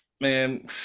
man